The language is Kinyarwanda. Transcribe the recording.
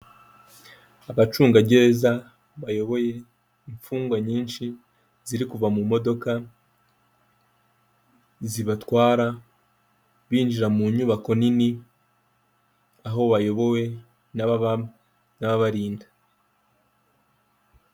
Abacungagereza bayoboye imfungwa nyinshi ziri kuva mu modoka zibatwara binjira mu nyubako nini aho bayobowe n'ababarinda.